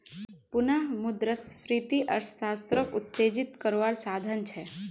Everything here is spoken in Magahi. पुनः मुद्रस्फ्रिती अर्थ्शाश्त्रोक उत्तेजित कारवार साधन छे